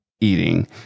eating